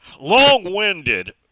Long-winded